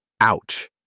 ouch